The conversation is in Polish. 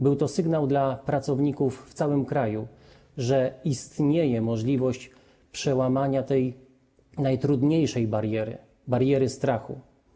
Był to sygnał dla pracowników w całym kraju, że istnieje możliwość przełamania najtrudniejszej bariery, bariery strachu.